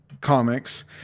comics